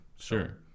sure